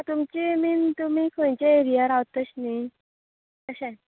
तुमचे मीन तुमी खंयच्या एरिया रावत तशें न्ही तशें